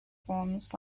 forms